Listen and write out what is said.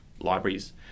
libraries